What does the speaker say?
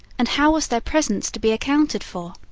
and how was their presence to be accounted for?